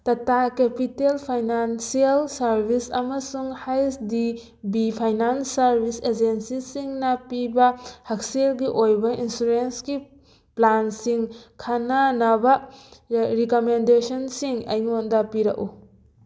Tata capital financial service ꯑꯃꯁꯨꯡ H D B finance service agency ꯁꯤꯡꯅ ꯄꯤꯕ ꯍꯛꯁꯦꯜꯒꯤ ꯑꯣꯏꯕ ꯏꯟꯁꯨꯔꯦꯟꯁꯀꯤ ꯄ꯭ꯂꯥꯟꯁꯤꯡ ꯈꯟꯅꯅꯕ ꯔꯤꯀꯃꯦꯟꯗꯦꯁꯟ ꯁꯤꯡ ꯑꯩꯉꯣꯟꯗ ꯄꯤꯔꯛꯎ